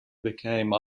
became